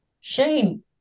Shane